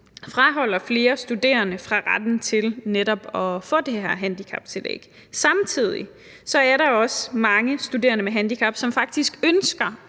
forhindrer flere studerende i netop at få det her handicaptillæg, som de har ret til. Samtidig er der også mange studerende med handicap, som faktisk ønsker